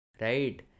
Right